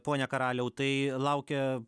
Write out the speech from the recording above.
pone karaliau tai laukia